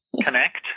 connect